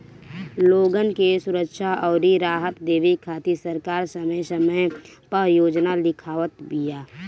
लोगन के सुरक्षा अउरी राहत देवे खातिर सरकार समय समय पअ योजना लियावत बिया